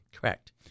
Correct